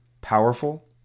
powerful